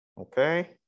Okay